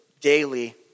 daily